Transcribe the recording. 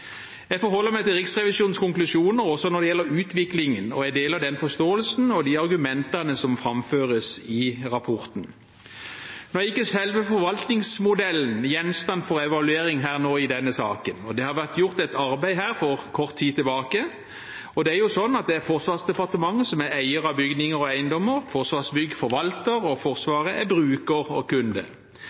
Jeg forholder meg til Riksrevisjonens konklusjoner også når det gjelder utviklingen, og jeg deler den forståelsen og de argumentene som framføres i rapporten. Nå er ikke selve forvaltningsmodellen gjenstand for evaluering i denne saken. Det har vært gjort et arbeid her kort tid tilbake. Det er jo sånn at det er Forsvarsdepartementet som er eier av bygninger og eiendommer, Forsvarsbygg forvalter, og Forsvaret er bruker og kunde.